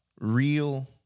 Real